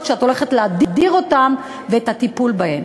שאת הולכת להדיר אותן ואת הטיפול בהן.